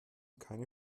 keine